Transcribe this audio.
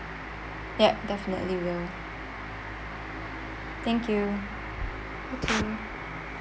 yup definitely will thank you okay